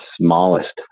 smallest